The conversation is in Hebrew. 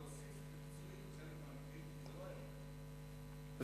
להוסיף פיצויים בחלק מהמקרים,